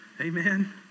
Amen